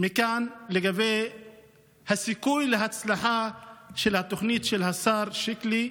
לגבי הסיכוי להצלחה של התוכנית של השר שיקלי.